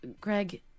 Greg